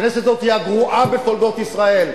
הכנסת הזאת היא הגרועה בתולדות ישראל.